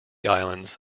islands